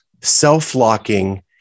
self-locking